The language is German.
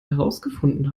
herausgefunden